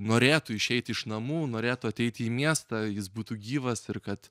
norėtų išeiti iš namų norėtų ateiti į miestą jis būtų gyvas ir kad